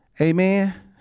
amen